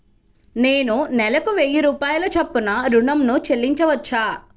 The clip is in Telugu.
నేను నెలకు వెయ్యి రూపాయల చొప్పున ఋణం ను చెల్లించవచ్చా?